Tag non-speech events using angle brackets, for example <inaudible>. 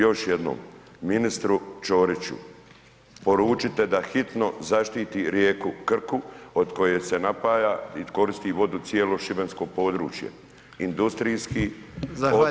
Još jednom, ministru Ćoriću poručite da hitno zaštiti rijeku Krku, od koje se napaja i koristi vodu cijelo šibensko područje, industrijski otpad … <unintelligible> u rijeci.